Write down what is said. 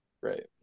Right